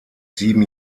sieben